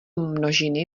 množiny